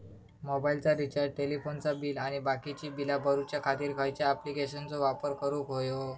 मोबाईलाचा रिचार्ज टेलिफोनाचा बिल आणि बाकीची बिला भरूच्या खातीर खयच्या ॲप्लिकेशनाचो वापर करूक होयो?